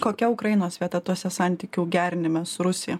kokia ukrainos vieta tuose santykių gerinime su rusija